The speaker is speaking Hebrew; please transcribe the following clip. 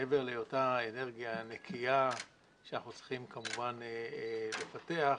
מעבר להיותה אנרגיה נקייה שאנחנו צריכים כמובן לפתח,